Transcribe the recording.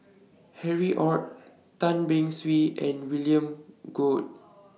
Harry ORD Tan Beng Swee and William Goode